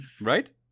Right